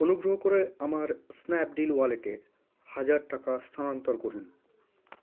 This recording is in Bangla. অনুগ্রহ করে আমার স্ন্যাপডিল ওয়ালেটে হাজার টাকা স্থানান্তর করুন